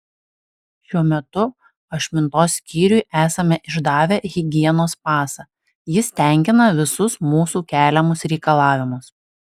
šiuo metu ašmintos skyriui esame išdavę higienos pasą jis tenkina visus mūsų keliamus reikalavimus